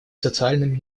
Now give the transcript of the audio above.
социальным